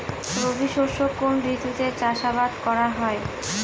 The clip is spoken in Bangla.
রবি শস্য কোন ঋতুতে চাষাবাদ করা হয়?